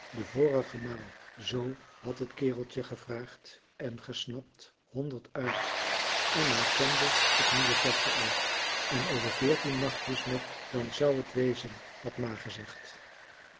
de vorige maal z had het kereltje gevraagd en gesnapt honderd uit en hij kende het nieuwe versje al en over veertien nachtjes nog dan zou het wezen had ma gezegd